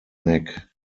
neck